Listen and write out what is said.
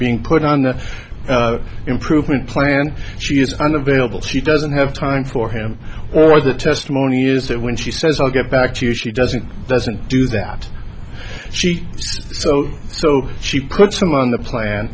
being put on the improvement plan she is unavailable she doesn't have time for him or the testimony is that when she says i'll get back to you she doesn't doesn't do that she so so she puts him on the plan